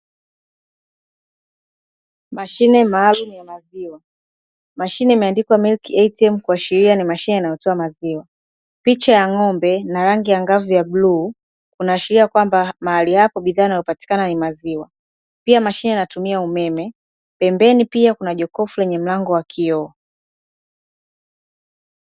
Mashine maalumu ya maziwa, mashine imeandikwa "MILK ATM"kuashiria ni mashine inayotoa maziwa, picha ya ng'ombe na rangi angavu ya bluu kunaashiria kwamba mahali hapo bidhaa inayopatikana ni maziwa, pia mashine inatumia umeme ,pembeni pia kuna jokofu lenye mlango wa kioo.